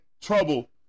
trouble